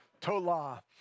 tola